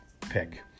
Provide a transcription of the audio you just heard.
pick